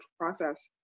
process